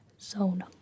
zone